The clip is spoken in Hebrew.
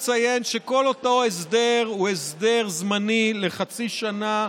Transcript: אציין שכל אותו הסדר הוא הסדר זמני לחצי שנה,